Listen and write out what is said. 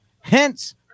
hence